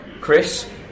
Chris